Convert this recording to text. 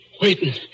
Waiting